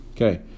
Okay